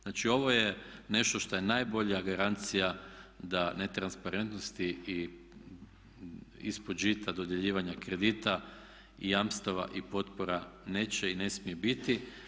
Znači ovo je nešto što je najbolja garancija da netransparentnosti i ispod žita dodjeljivanja kredita i jamstava i potpora neće i ne smije biti.